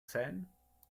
sein